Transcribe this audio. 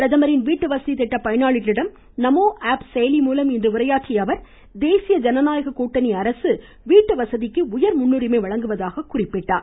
பிரதமரின் வீட்டு வசதி திட்ட பயனாளிகளிடம் நமோ செயலி மூலம் இன்று உரையாற்றிய அவர் தேசிய ஜனநாயக கூட்டணி அரசு வீட்டு வசதிக்கு உயர்முன்னுரிமை வழங்குவதாக குறிப்பிட்டார்